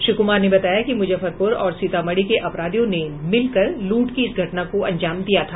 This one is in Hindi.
श्री कुमार ने बताया कि मुजफ्फरपुर और सीतामढ़ी के अपराधियों ने मिलकर लूट की इस घटना को अंजाम दिया था